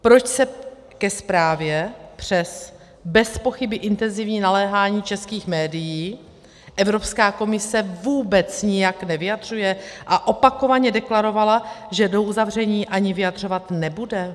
Proč se ke zprávě přes bezpochyby intenzivní naléhání českých médií Evropská komise vůbec nijak nevyjadřuje a opakovaně deklarovala, že do uzavření ani vyjadřovat nebude?